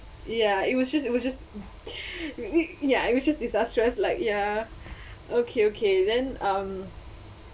ya it was just it was just ya which is disastrous like ya okay okay then um